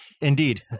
Indeed